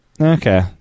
Okay